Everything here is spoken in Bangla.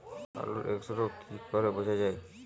আলুর এক্সরোগ কি করে বোঝা যায়?